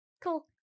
cool